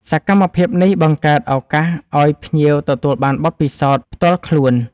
សកម្មភាពនេះបង្កើតឱកាសឲ្យភ្ញៀវទទួលបានបទពិសោធន៍ផ្ទាល់ខ្លួន